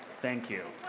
thank you.